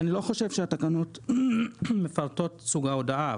אני לא חושב שהתקנות מפרטות את סוג ההודעה,